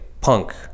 punk